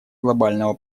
глобального